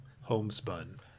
homespun